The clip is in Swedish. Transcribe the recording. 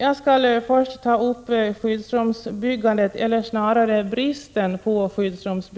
Jag skall först ta upp skyddsrumsbyggandet eller snarare bristen på sådant.